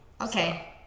Okay